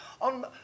on